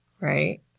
right